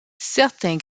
certains